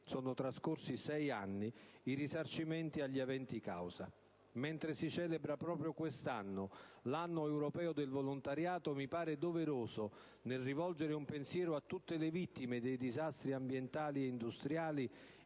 sono trascorsi ormai 6 anni - i risarcimenti agli aventi causa. Mentre si celebra, proprio quest'anno, l'Anno europeo del volontariato, mi pare doveroso, nel rivolgere un pensiero a tutte le vittime dei disastri ambientali e industriali,